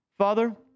Father